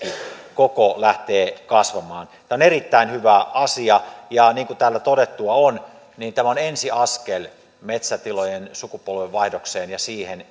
keskikoko lähtee kasvamaan tämä on erittäin hyvä asia ja niin kuin täällä todettua on niin tämä on ensiaskel metsätilojen sukupolvenvaihdokseen ja siihen